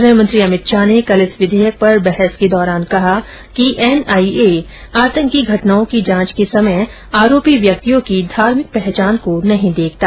गृहमंत्री अमित शाह ने कल इस विधेयक पर बहस के दौरान कहा कि एनआईए आतंकी घटनाओं की जांच के समय आरोपी व्यक्तियों की धार्मिक पहचान को नहीं देखता